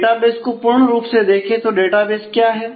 database को पूर्ण रूप से देखें तो डेटाबेस क्या है